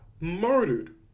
murdered